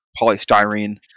polystyrene